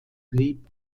blieb